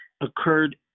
occurred